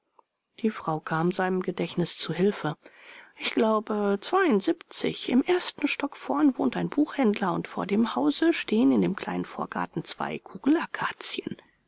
die frau kam seinem gedächtnis zu hilfe ich glaube zweiundsiebzig im ersten stock vorn wohnt ein buchhändler und vor dem hause stehen in dem kleinen vorgarten zwei